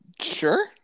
sure